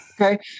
okay